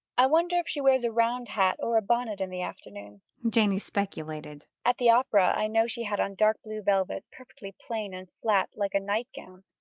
i wonder if she wears a round hat or a bonnet in the afternoon, janey speculated. at the opera i know she had on dark blue velvet, perfectly plain and flat like a night-gown.